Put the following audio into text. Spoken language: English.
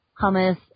hummus